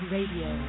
Radio